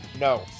no